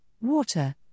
water